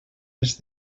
les